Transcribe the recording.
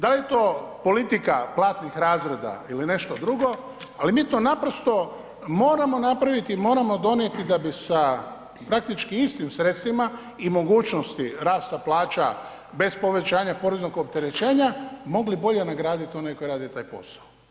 Da li je to politika platnih razreda ili nešto drugo, ali mi to naprosto moramo napraviti i moramo donijeti da bi sa praktički istim sredstvima i mogućnosti rasta plaća bez povećanja poreznog opterećenja mogli bolje nagraditi one koji rade taj posao.